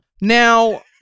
Now